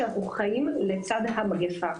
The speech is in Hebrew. שאנחנו חיים לצד המגפה.